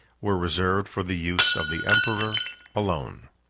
were reserved for the use of the emperor alone.